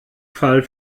fall